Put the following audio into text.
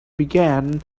began